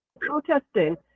protesting